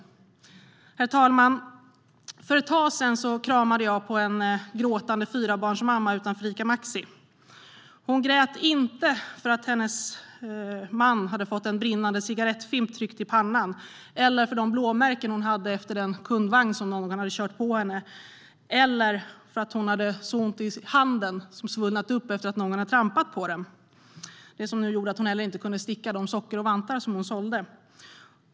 Herr talman! För ett tag sedan kramade jag en gråtande fyrabarnsmamma utanför Ica Maxi. Hon grät inte för att hennes man fått en brinnande cigarettfimp tryckt i pannan eller för de blåmärken hon hade efter den kundvagn som någon hade kört på henne. Hon grät inte för att hon hade ont i handen, som hade svullnat upp efter att någon hade trampat på den, vilket också innebar att hon inte kunde sticka sockor och vantar för att sälja.